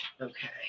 Okay